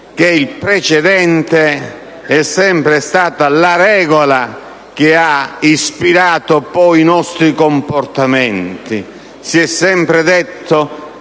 che il precedente è sempre stato la regola che ha ispirato i nostri comportamenti: si è sempre detto